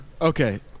Okay